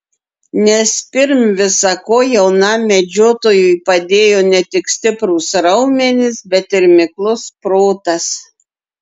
nes pirm visa ko jaunam medžiotojui padėjo ne tik stiprūs raumenys bet ir miklus protas